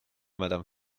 madame